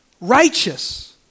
righteous